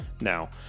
Now